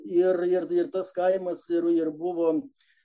ir ir ir tas kaimas ir buvo